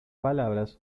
palabras